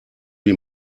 wie